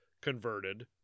converted